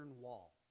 wall